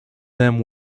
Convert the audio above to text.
them